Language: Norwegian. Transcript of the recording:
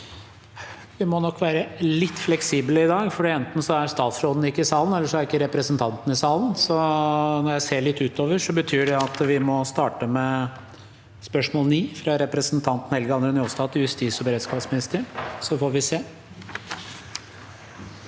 må vi nok være litt fleksible i dag, for enten er statsråden ikke i salen, eller så er ikke representanten i salen. Når jeg ser litt utover, betyr det at vi må starte med spørsmål 9, fra representanten Helge André Njåstad til justis- og beredskapsministeren. Sp ø rs